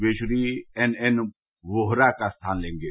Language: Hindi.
वे श्री एन एन वोहरा का स्थान लेंगे